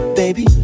baby